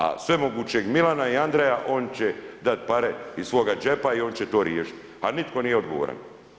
A svemogućeg Milana i Andreja, oni će dati pare iz svog džepa i oni će to riješiti, a nitko nije odgovoran.